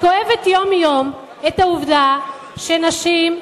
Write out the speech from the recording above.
וכואבת יום-יום את העובדה שנשים,